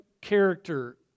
character